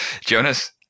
Jonas